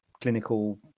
clinical